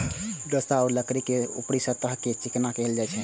रंदा सं लकड़ी के ऊपरी सतह कें चिकना कैल जाइ छै